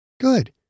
Good